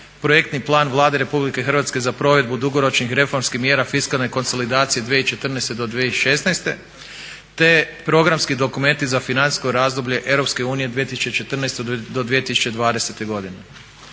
projektni plan Vlade Republike Hrvatske za provedbu dugoročnih reformskih mjera fiskalne konsolidacije te programima za financijsko razdoblje Europske unije 2014.-2020. što je